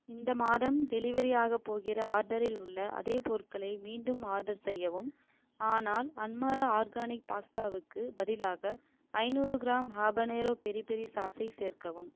இந்த மாதம் டெலிவரியாகப் போகிற ஆர்டரில் உள்ள அதே பொருட்களை மீண்டும் ஆர்டர் செய்யவும் ஆனால் அன்மரா ஆர்கானிக் பாஸ்தாவுக்கு பதிலாக ஐநூறு கிராம் ஹாபனேரோ பெரி பெரி சாஸை சேர்க்கவும்